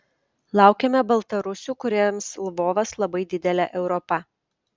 laukiame baltarusių kuriems lvovas labai didelė europa